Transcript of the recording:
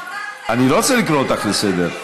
אני לא רוצה לקרוא אותך לסדר.